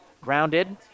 Grounded